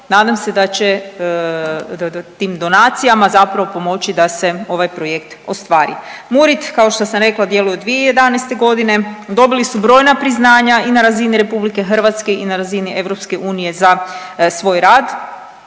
nadam se da će tim donacijama zapravo pomoći da se ovaj projekt ostvari. MURID kao što sam rekla djeluje od 2011.g., dobili su brojna priznanja i na razini RH i na razini EU za svoj rad,